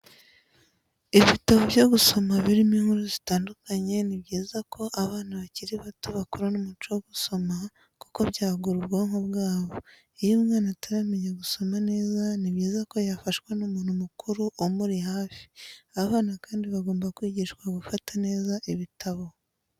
Ibitabo byo gusoma birimo inkuru zitandukanye, ni byiza ko abana bakiri bato bakurana umuco wo gusoma kuko byagura ubwonko bwabo, iyo umwana ataramenya gusoma neza ni byiza ko yafashwa n'umuntu mukuru umuri hafi. Abana kandi bagomba kwigishwa gufata neza ibitabo.